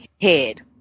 head